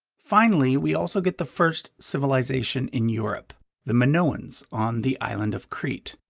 finally, we also get the first civilization in europe the minoans on the island of crete.